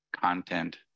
content